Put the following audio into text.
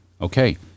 Okay